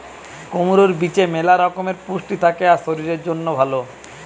কুমড়োর বীজে ম্যালা রকমের পুষ্টি থাকে আর শরীরের জন্যে ভালো